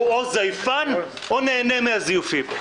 הוא או זייפן או נהנה מהזיופים.